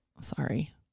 Sorry